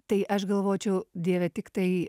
tai aš galvočiau dieve tiktai